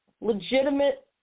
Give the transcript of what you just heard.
Legitimate